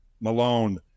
Malone